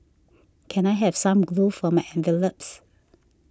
can I have some glue for my envelopes